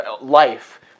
life